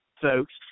folks